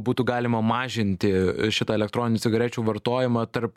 būtų galima mažinti šitą elektroninių cigarečių vartojimą tarp